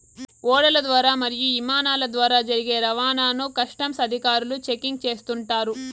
ఓడల ద్వారా మరియు ఇమానాల ద్వారా జరిగే రవాణాను కస్టమ్స్ అధికారులు చెకింగ్ చేస్తుంటారు